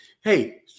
Hey